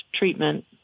treatment